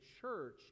church